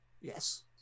Yes